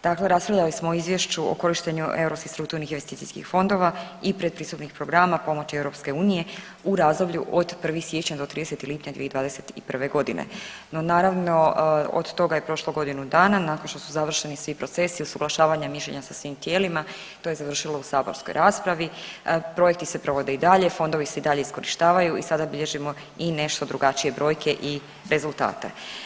Dakle, raspravljali smo o izvješću o korištenju europskih strukturnih i investicijskih fondova i pretpristupnih programa pomoći EU u razdoblju od 1. siječnja do 30. lipnja 2021.g., no naravno od toga je prošlo godinu dana, nakon što su završeni svi procesi usuglašavanja i mišljenja sa svim tijelima to je završilo u saborskoj raspravi, projekti se provode i dalje, fondovi se i dalje iskorištavaju i sada bilježimo i nešto drugačije brojke i rezultate.